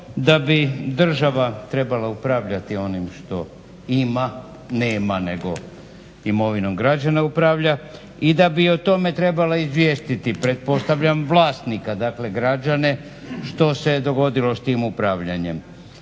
da bi država trebala upravljati onim što ima, nema nego imovinom građana upravlja i da bi o tome trebalo izvijestiti pretpostavljam vlasnika, dakle građane što se dogodilo s tim upravljanjem.